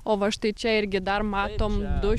o va štai čia irgi dar matom du